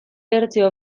bertsio